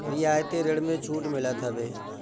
रियायती ऋण में छूट मिलत हवे